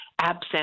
absent